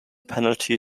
penalty